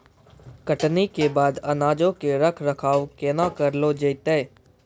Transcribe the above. कटनी के बाद अनाजो के रख रखाव केना करलो जैतै?